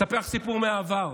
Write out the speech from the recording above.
אספר לך סיפור מהעבר: